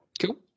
Cool